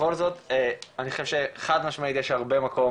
בכל זאת, אני חושב שחד משמעית יש הרבה מקום